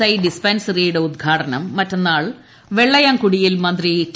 I ഡിസ്പെൻസറിയ്ക്കുള്ടു ഉദ്ഘാടനം മറ്റന്നാൾ വെള്ളയാംകുടിയിൽ മന്ത്രി ടി